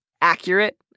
accurate